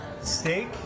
Steak